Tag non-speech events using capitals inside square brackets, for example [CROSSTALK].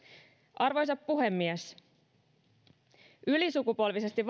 arvoisa puhemies ylisukupolvisesti [UNINTELLIGIBLE]